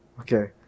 okay